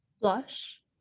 Blush